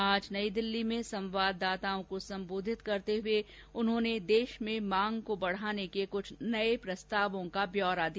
आज नई दिल्ली में संवाददाताओं को संबोधित करते हुए उन्होंने देश में मांग को बढ़ाने के कुछ नये प्रस्तावों का ब्यौरा दिया